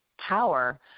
power